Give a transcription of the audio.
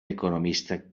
economista